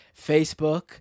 Facebook